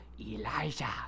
Elijah